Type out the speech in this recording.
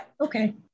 Okay